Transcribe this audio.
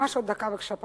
ממש עוד דקה בבקשה,